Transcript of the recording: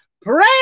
pray